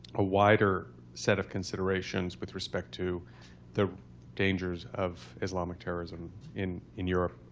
a wider set of considerations with respect to the dangers of islamic terrorism in in europe,